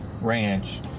ranch